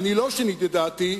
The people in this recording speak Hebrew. לא שיניתי את דעתי,